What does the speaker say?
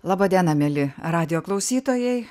laba diena mieli radijo klausytojai